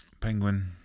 Penguin